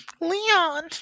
leon